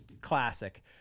classic